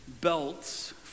belts